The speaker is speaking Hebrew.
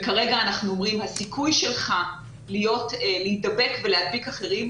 וכרגע אנחנו אומרים שהסיכוי שלך להידבק ולהדביק אחרים,